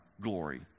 glory